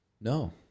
No